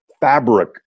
fabric